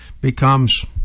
becomes